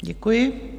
Děkuji.